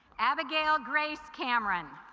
abigail grace cameron